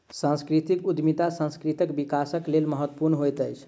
सांस्कृतिक उद्यमिता सांस्कृतिक विकासक लेल महत्वपूर्ण होइत अछि